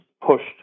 pushed